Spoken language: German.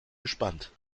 gespannt